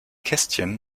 kästchen